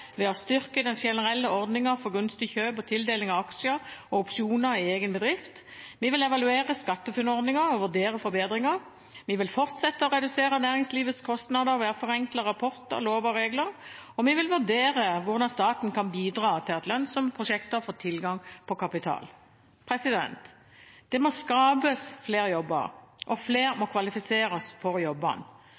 ved å styrke den generelle ordningen for gunstig kjøp og tildeling av aksjer og opsjoner i egen bedrift. Vi vil evaluere SkatteFUNN-ordningen og vurdere forbedringer. Vi vil fortsette å redusere næringslivets kostnader ved å forenkle rapportering, lover og regler. Og vi vil vurdere hvordan staten kan bidra til at lønnsomme prosjekter får tilgang på kapital. Det må skapes flere jobber, og flere må kvalifiseres for jobbene.